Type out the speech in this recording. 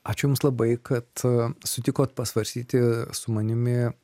ačiū jums labai kad sutikot pasvarstyti su manimi